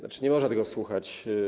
Nie można tego słuchać.